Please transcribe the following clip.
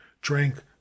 drank